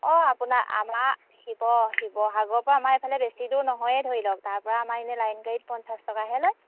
অঁ আপোনাৰ আমাৰ শিৱ শিৱসাগৰ পৰা আমাৰ এইফালে বেছি দূৰ নহয়ে ধৰি লওক তাৰপৰা আমাৰ এনেই লাইন গাড়ীত পঞ্চাছ টকাহে লয়